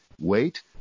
wait